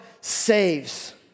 saves